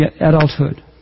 adulthood